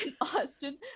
Austin